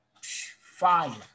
fire